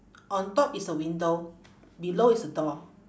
on top it's a window below it's a door